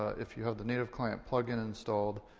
if you have the native client plugin installed,